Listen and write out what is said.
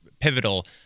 pivotal